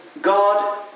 God